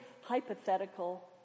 hypothetical